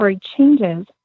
changes